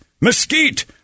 mesquite